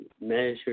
measure